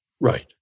Right